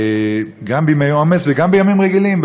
גם בימי עומס וגם בימים רגילים.